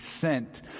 sent